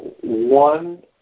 One